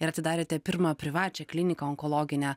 ir atidarėte pirmą privačią kliniką onkologinę